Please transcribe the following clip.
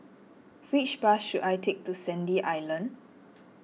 which bus should I take to Sandy Island